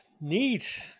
neat